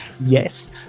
Yes